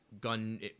gun